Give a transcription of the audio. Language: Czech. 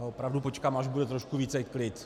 Opravdu počkám, až bude trošku více klid.